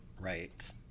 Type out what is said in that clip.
Right